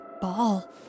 ball